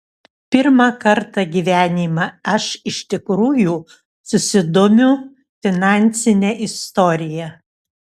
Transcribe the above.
pirmą kartą gyvenime aš iš tikrųjų susidomiu finansine istorija